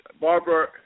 Barbara